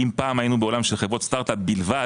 אם פעם היינו בעולם של חברות סטארט אפ בלבד